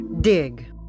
Dig